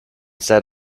said